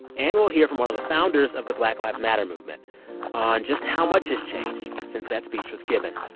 and we'll hear from one of the founders of the black lives matter movement on just how much has changed since that speech was given.